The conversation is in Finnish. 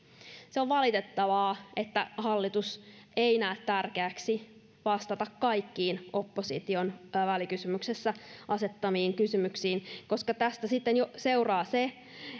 on valitettavaa että hallitus ei näe tärkeäksi vastata kaikkiin opposition välikysymyksessä asettamiin kysymyksiin koska tästä sitten jo seuraa se